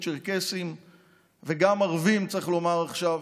צ'רקסים וגם ערבים צריך לומר עכשיו,